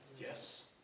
Yes